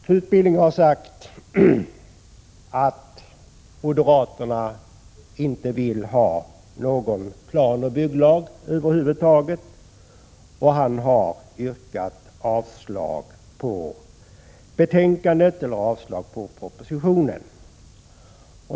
Knut Billing har sagt att moderaterna inte vill ha någon planoch bygglag över huvud taget och har yrkat avslag på propositionen.